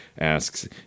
asks